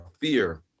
fear